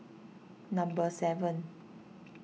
number seven